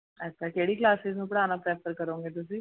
ਅੱਛਾ ਕਿਹੜੀ ਕਲਾਸਿਸ ਨੂੰ ਪੜ੍ਹਾਉਣਾ ਪ੍ਰੈਫਰ ਕਰੋਂਗੇ ਤੁਸੀਂ